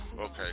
Okay